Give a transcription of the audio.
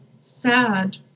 sad